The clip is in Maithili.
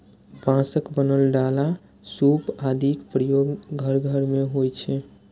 बांसक बनल डाला, सूप आदिक प्रयोग घर घर मे होइ छै